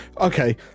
Okay